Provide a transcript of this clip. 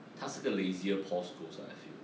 他是个 lazier paul scholes I feel